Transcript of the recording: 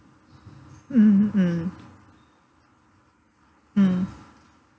mm mm mm